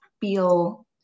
feel